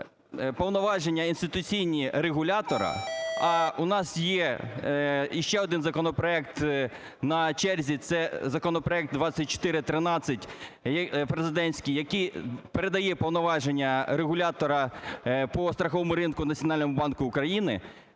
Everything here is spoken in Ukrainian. повноваження інституційні регулятора, а у нас є ще один законопроект на черзі, це законопроект 2413 президентський, який передає повноваження регулятора по страховому ринку